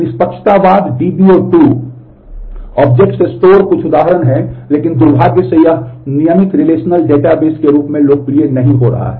निष्पक्षतावाद DBO 2 के रूप में लोकप्रिय नहीं रहा है